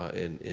and,